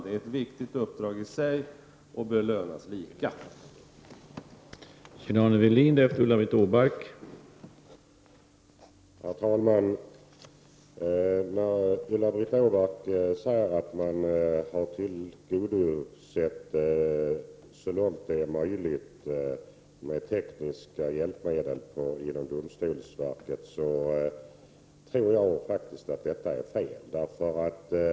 Det är ett viktigt uppdrag i sig, och det bör vara lika lön.